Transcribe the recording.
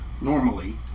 normally